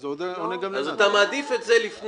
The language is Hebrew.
אז אתה מעדיף את זה לפני.